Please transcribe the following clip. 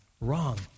wrong